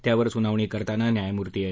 त्यावर सुनावणी करताना न्यायमूर्ती एन